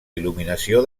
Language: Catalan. il·luminació